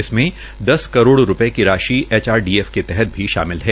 इसमें दस करोड़ रूपये की राशि एचआरडीएफ के तहत भी शामिल है